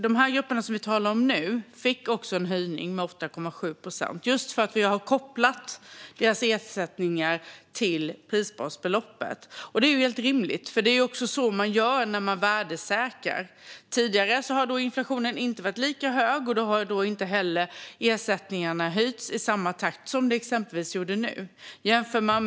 De grupper vi talar om nu fick nyligen en höjning med 8,7 procent, eftersom vi har kopplat deras ersättningar till prisbasbeloppet. Det är helt rimligt, och det är så man gör för att värdesäkra ersättningar. Tidigare har inflationen inte varit lika hög, och då har ersättningarna heller inte höjts i samma takt som nu.